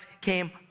came